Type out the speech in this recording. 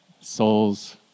souls